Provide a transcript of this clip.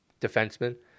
defenseman